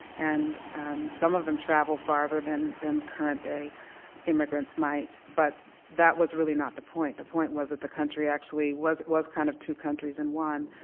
and some of them travelled farther than than current day immigrants might, but that was really not the point. the point was that the country actually was was kind of two countries in one,